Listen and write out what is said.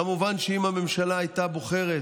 כמובן שאם הממשלה הייתה בוחרת